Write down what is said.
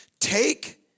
Take